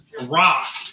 rock